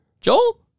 Joel